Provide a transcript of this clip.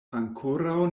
ankoraŭ